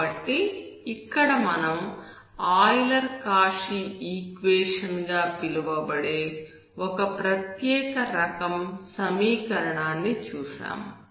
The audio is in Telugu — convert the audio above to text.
కాబట్టి ఇక్కడ మనం ఆయిలర్ కౌచీ ఈక్వేషన్ గా పిలువబడే ఒక ప్రత్యేక రకం సమీకరణాన్ని చూశాము